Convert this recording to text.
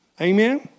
Amen